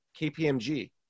KPMG